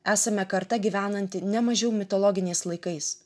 esame karta gyvenanti nemažiau mitologiniais laikais